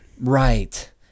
right